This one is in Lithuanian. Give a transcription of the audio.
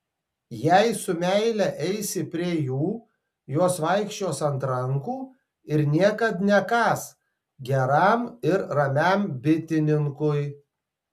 jei su meile eisi prie jų jos vaikščios ant rankų ir niekad nekąs geram ir ramiam bitininkui